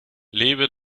lebe